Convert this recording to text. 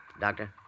Doctor